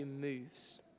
moves